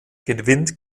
gewinnt